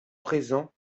présent